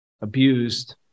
abused